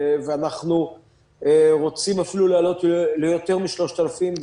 ואנחנו רוצים אפילו להעלות ליותר מ-3,000.